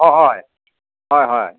অঁ হয় হয় হয়